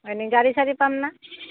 হয় নেকি গাড়ী চাড়ী পাম না